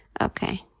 Okay